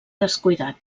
descuidat